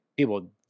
People